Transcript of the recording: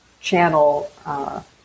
channel